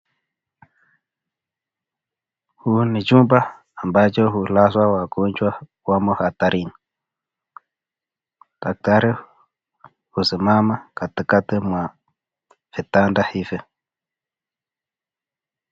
Humu ni chumba ambacho hulazwa wagonjwa wamo hatarini. Daktari husimama katikati mwa vitanda hivi.